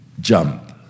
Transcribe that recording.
jump